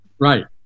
Right